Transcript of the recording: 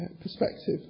perspective